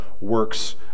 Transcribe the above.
works